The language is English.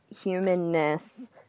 humanness